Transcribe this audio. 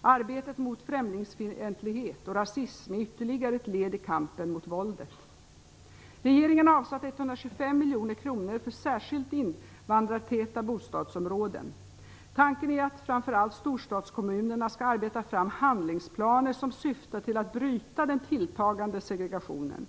Arbetet mot främlingsfientlighet och rasism är ytterligare ett led i kampen mot våldet. Regeringen har avsatt 125 miljoner kronor för särskilt invandrartäta bostadsområden. Tanken är att framför allt storstadskommunerna skall arbeta fram handlingsplaner som syftar till att bryta den tilltagande segregationen.